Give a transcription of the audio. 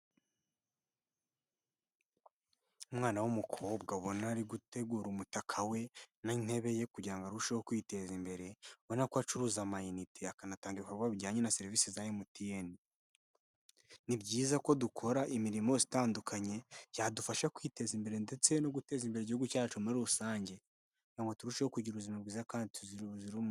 Umwana w'umukobwa abona ari gutegura umutaka we n'intebe ye kugira arusheho kwiteza imbere, ubona ko acuruza amayinite akanatanga ibikorwa bijyanye na serivisi za MTN. Ni byiza ko dukora imirimo yose itandukanye yadufasha kwiteza imbere ndetse no guteza imbere igihugu cyacu muri rusange, kugira ngo turusheho kugira ubuzima bwiza kandi tugire ubuzima buzira umuze.